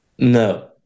No